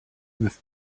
with